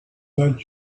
that